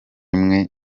imwe